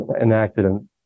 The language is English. enacted